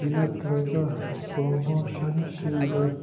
ꯅꯠꯇ꯭ꯔꯒ ꯄ꯭ꯔꯣꯃꯣꯁꯟꯁꯤꯡꯒ